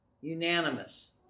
Unanimous